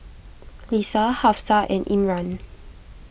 Lisa Hafsa and Imran